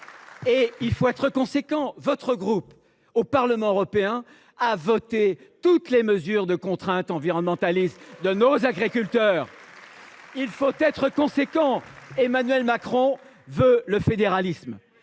! Il faut être conséquent. Votre groupe au Parlement européen a voté toutes les mesures de contrainte environnementalistes dont souffrent nos agriculteurs. Emmanuel Macron veut le fédéralisme.